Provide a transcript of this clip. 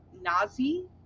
nazi